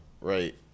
right